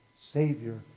Savior